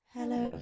Hello